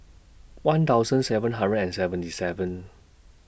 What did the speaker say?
one thousand seven hundred and seventy seven